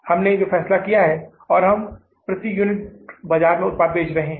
हमने जो फैसला किया है और हम प्रति यूनिट बाजार में उत्पाद बेच रहे हैं